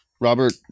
Robert